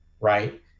right